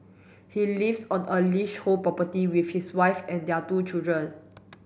he lives on a leasehold property with his wife and their two children